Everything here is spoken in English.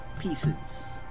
Pieces